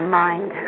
mind